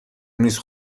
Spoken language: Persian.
نیست